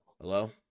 Hello